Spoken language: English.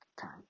time